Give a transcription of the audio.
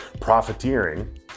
profiteering